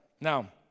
Now